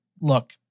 look